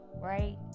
Right